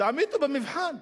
תעמידו במבחן.